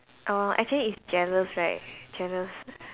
oh actually is jealous right jealous